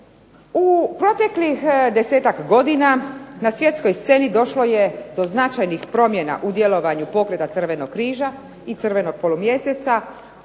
U proteklih desetak godina na svjetskoj sceni došlo je do značajnih promjena u djelovanju pokreta Crvenog križa i Crvenog polumjeseca